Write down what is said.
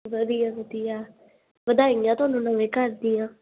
ਵਧੀਆ ਵਧੀਆ ਵਧਾਈਆਂ ਤੁਹਾਨੂੰ ਨਵੇਂ ਘਰ ਦੀਆਂ